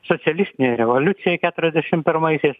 socialistinei revoliucijai keturiasdešim pirmaisiais